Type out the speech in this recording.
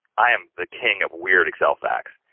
i am the king of weird excel facts.